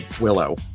Willow